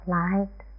light